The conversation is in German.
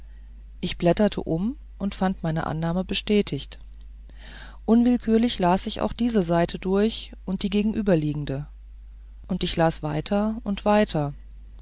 ich blätterte um und fand meine annahme bestätigt unwillkürlich las ich auch diese seite durch und die gegenüberliegende und ich las weiter und weiter